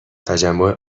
تجمع